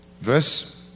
Verse